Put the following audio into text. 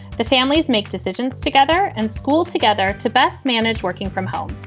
the families make decisions together and school together to best manage working from home.